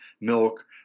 milk